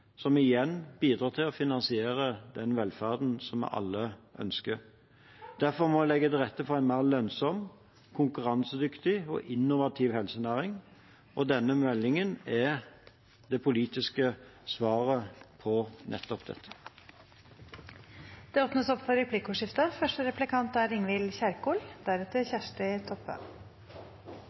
som igjen bidrar til å finansiere den velferden vi alle ønsker. Derfor må vi legge til rette for en mer lønnsom, konkurransedyktig og innovativ helsenæring. Denne meldingen er det politiske svaret på nettopp dette. Det blir replikkordskifte. Vi ønsker en helsetjeneste som spiller på lag med en innovativ leverandørindustri, og helsenæringsmeldingen er